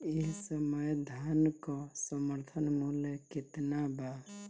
एह समय धान क समर्थन मूल्य केतना बा?